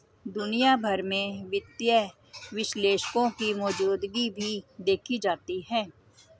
दुनिया भर में वित्तीय विश्लेषकों की मौजूदगी भी देखी जाती है